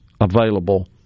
available